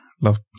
Love